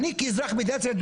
אני כאזרח מדינת ישראל,